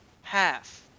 half